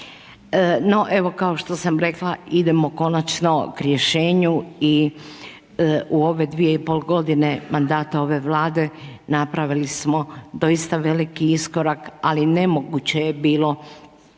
No, evo kao što sam rekla, idemo konačno k rješenju i u ove 2,5 godine mandata ove Vlade napravili smo doista veliki iskorak ali nemoguće je bilo